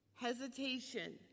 Hesitation